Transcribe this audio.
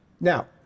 Now